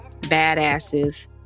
Badasses